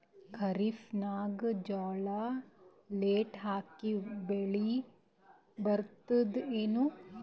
ಖರೀಫ್ ನಾಗ ಜೋಳ ಲೇಟ್ ಹಾಕಿವ ಬೆಳೆ ಬರತದ ಏನು?